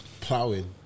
Plowing